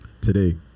today